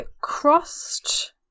crossed